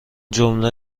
جمله